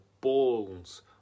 balls